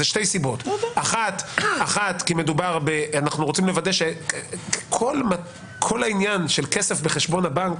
שאנחנו רוצים לוודא שכל עניין הכסף בחשבון הבנק